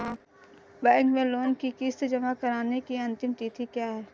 Bank में loan की किश्त जमा कराने की अंतिम तिथि क्या है?